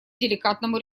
деликатному